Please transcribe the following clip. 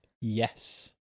yes